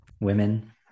women